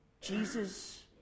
Jesus